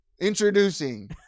introducing